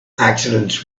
accidents